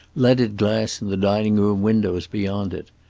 leaded glass in the dining-room windows beyond it.